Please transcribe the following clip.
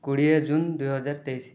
କୋଡ଼ିଏ ଜୁନ୍ ଦୁଇହଜାର ତେଇଶ